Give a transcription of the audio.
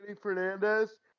Fernandez